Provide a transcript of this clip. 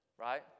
right